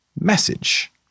message